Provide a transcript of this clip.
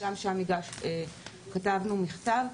גם לגבי זה כתבנו מכתב.